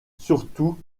surtout